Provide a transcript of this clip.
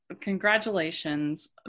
congratulations